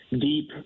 deep